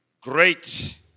great